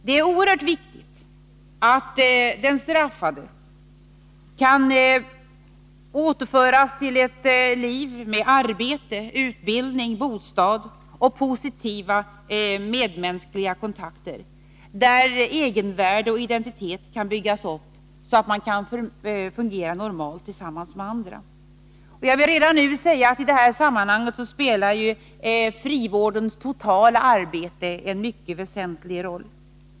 Det är oerhört viktigt att den straffade kan återföras till ett liv med arbete, utbildning, bostad och positiva medmänskliga kontakter, där egenvärde och identitet kan byggas upp, så att man kan fungera normalt tillsammans med andra. Jag vill redan nu säga att i detta sammanhang spelar frivårdens totala arbete en mycket väsentlig roll.